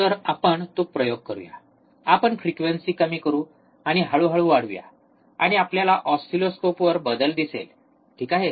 तर आपण तो प्रयोग करूया आपण फ्रिक्वेन्सी कमी करू आणि हळूहळू वाढवूया आणि आपल्याला ऑसिलोस्कोपवर बदल दिसेल ठीक आहे